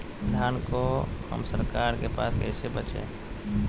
धान को हम सरकार के पास कैसे बेंचे?